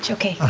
ah okay.